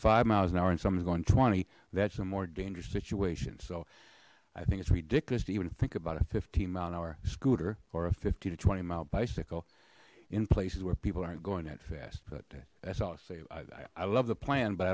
five miles an hour and someone's going twenty that's a more dangerous situation so i think it's ridiculous to even think about a fifteen mile an hour scooter or a fifteen to twenty mile bicycle in places where people aren't going that fast but that's all say i love the plan but i